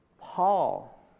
Paul